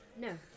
No